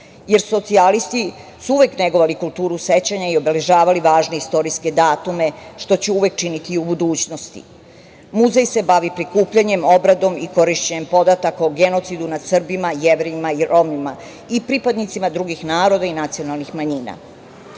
jer socijalisti su uvek negovali kulturu sećanja i obeležavali važne istorijske datume, što će uvek činiti i u budućnosti. Muzej se bavi prikupljanjem, obradom i korišćenjem podataka o genocidu nad Srbima, Jevrejima, Romima i pripadnicima drugih naroda i nacionalnih manjina.